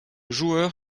joueur